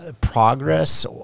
progress